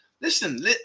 Listen